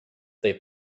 they